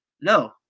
no